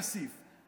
לכסיף,